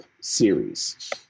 series